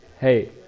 Hey